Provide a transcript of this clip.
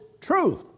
truth